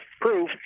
proof